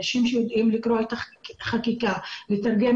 אנשים שיודעים לקרוא את החקיקה ולתרגם